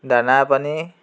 দানা পানী